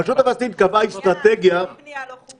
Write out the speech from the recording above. הרשות הפלסטינית קבעה אסטרטגיה -- מה מדיניות הבנייה הלא חוקית?